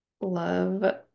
love